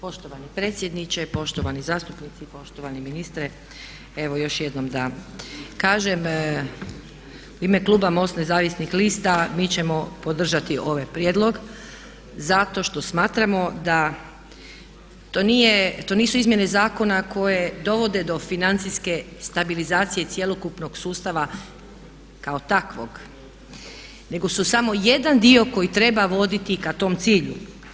Poštovani predsjedniče, poštovani zastupnici i poštovani ministre evo još jednom da kažem u ime kluba MOST-a nezavisnih lista mi ćemo podržati ove prijedloge zato što smatramo da to nisu izmjene zakona koje dovode do financijske stabilizacije cjelokupnog sustava kao takvog, nego su samo jedan dio koji treba voditi ka tom cilju.